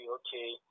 okay